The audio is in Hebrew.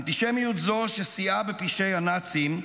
אנטישמיות זו, שסייעה בפשעי הנאצים,